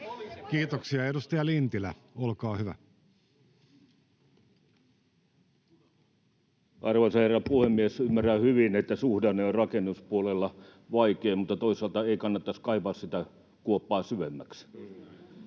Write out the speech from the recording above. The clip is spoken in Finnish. Kiitoksia. — Edustaja Lintilä, olkaa hyvä. Arvoisa herra puhemies! Ymmärrän hyvin, että suhdanne on rakennuspuolella vaikea, mutta toisaalta ei kannattaisi kaivaa sitä kuoppaa syvemmäksi.